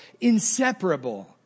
inseparable